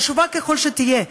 חשובה ככל שתהיה,